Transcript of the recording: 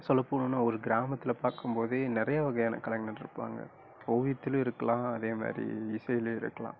சொல்லப் போணும்னா ஒரு கிராமத்தில் பார்க்கும்போதே நிறையா வகையான கலைஞர் இருப்பாங்க ஓவியத்துலையும் இருக்கலாம் அதேமாதிரி இசைலையும் இருக்கலாம்